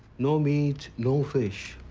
no meat, no fish.